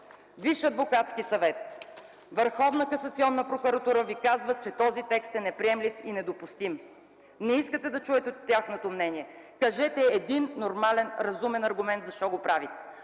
Висш адвокатски съвет и Върховна касационна прокуратура ви казват, че този текст е неприемлив и недопустим. Не искате да чуете тяхното мнение. Кажете един нормален, разумен аргумент: защо го правите